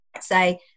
say